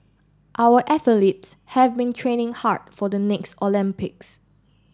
our athletes have been training hard for the next Olympics